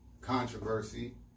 controversy